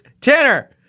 Tanner